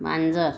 मांजर